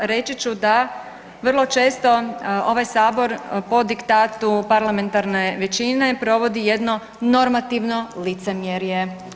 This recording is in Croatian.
Reći ću da vrlo često ovaj sabor po diktatu parlamentarne većine provodi jedno normativno licemjerje.